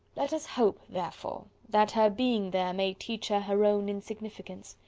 let us hope, therefore, that her being there may teach her her own insignificance.